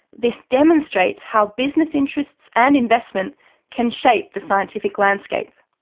this demonstrates how business interests and investment can shape the scientific landscape.